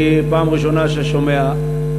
אני שומע זאת פעם ראשונה,